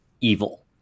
evil